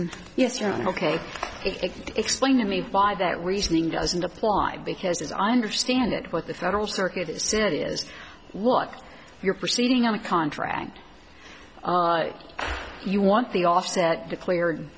you're ok explain to me by that reasoning doesn't apply because as i understand it what the federal circuit is it is what you're proceeding on a contract you want the offset declared